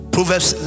Proverbs